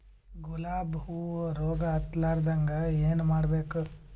ಗುಲಾಬ್ ಹೂವು ರೋಗ ಹತ್ತಲಾರದಂಗ ಏನು ಮಾಡಬೇಕು?